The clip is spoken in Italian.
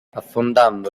affondando